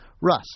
Russ